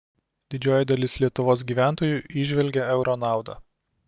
didžioji dalis lietuvos gyventojų įžvelgia euro naudą